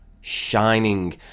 Shining